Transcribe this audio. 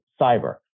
cyber